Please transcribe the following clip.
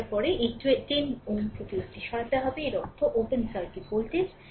এতারপরে এই 10 Ω প্রতিরোধটি সরাতে হবে এর অর্থ ওপেন সার্কিট ভোল্টেজ